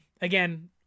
again